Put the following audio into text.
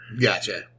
Gotcha